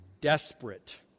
desperate